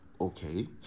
Okay